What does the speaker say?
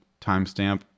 timestamp